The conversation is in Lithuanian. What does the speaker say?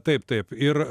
taip taip ir